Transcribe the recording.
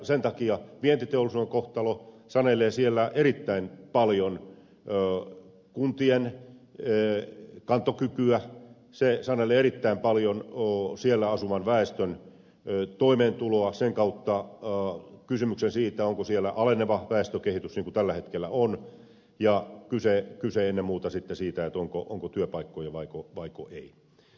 sen takia vientiteollisuuden kohtalo sanelee siellä erittäin paljon kuntien kantokykyä se sanelee erittäin paljon siellä asuvan väestön toimeentuloa sen kautta kysymyksen siitä onko siellä aleneva väestökehitys niin kuin tällä hetkellä on ja kyse on ennen muuta sitten siitä onko työpaikkoja vaiko ei